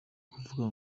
ukuvuga